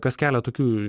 kas kelia tokių